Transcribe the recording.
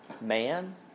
man